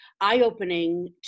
eye-opening